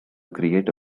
create